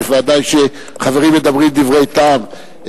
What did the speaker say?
ובוודאי כשחברים מדברים דברי טעם,